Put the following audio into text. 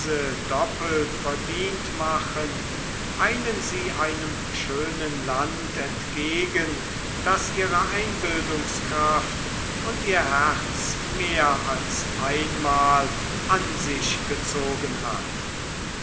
doppelt verdient machen eilen sie einem schönen land entgegen das ihre einbildungskraft und ihr herz mehr als einmal an sich gezogen hat